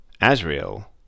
Azrael